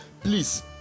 Please